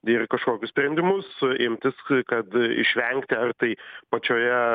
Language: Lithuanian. ir kažkokius sprendimus imtis kad išvengti ar tai pačioje